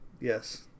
yes